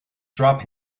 drop